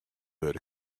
wurde